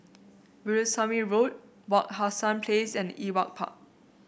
Veerasamy Road Wak Hassan Place and Ewart Park